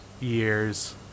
years